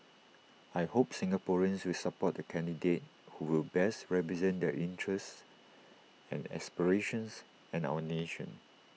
I hope Singaporeans will support the candidate who will best represent their interests and aspirations and our nation